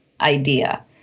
idea